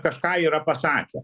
kažką yra pasakę